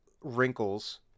wrinkles